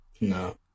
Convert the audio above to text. No